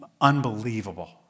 unbelievable